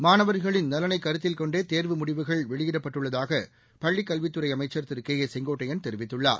மாணவர்களின் நலனை கருத்தில் கொண்டே தேர்வு முடிவுகள் வெளியிடப்பட்டுள்ளதாக பள்ளிக் கல்வித்துறை அமைச்சர் திரு கே ஏ செங்கோட்டையன் தெரிவித்துள்ளார்